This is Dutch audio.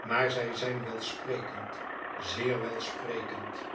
maar zij zyn welsprekend zeer welsprekend